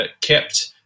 kept